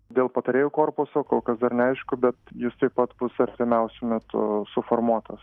dėl patarėjų korpuso kol kas dar neaišku bet jis taip pat bus artimiausiu metu suformuotas